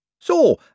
So